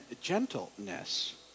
gentleness